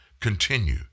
continue